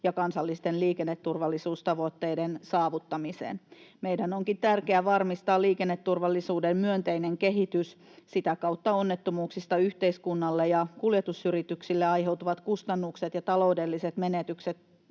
ja kansallisten liikenneturvallisuustavoitteiden saavuttamiseen. Meidän onkin tärkeä varmistaa liikenneturvallisuuden myönteinen kehitys. Sitä kautta onnettomuuksista yhteiskunnalle ja kuljetusyrityksille aiheutuvat kustannukset ja taloudelliset menetykset